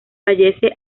fallece